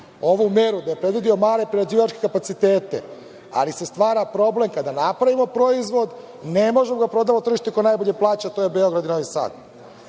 ovu meru da je predvideo male prerađivačke kapacitete, ali se stvara problem – kada napravimo proizvod, ne možemo da prodamo tržištu koje najbolje plaća, a to je Beograd, Novi Sad.